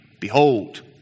behold